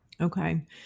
Okay